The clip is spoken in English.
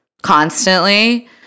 constantly